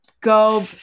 go